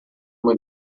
uma